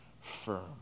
firm